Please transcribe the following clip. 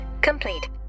complete